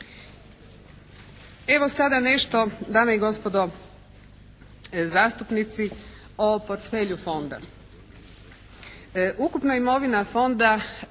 Evo sada nešto dame i gospodo zastupnici o portfelju Fonda.